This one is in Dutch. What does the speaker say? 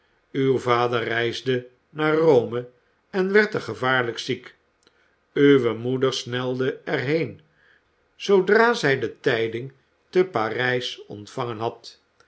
uw vader reisde naar rome en werd er gevaarlijk ziek uwe moeder snelde er heen zoodra zij de tijding te parijs ontvangen had